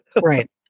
right